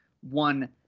one